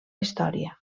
història